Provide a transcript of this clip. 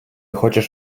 хочеш